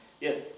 Yes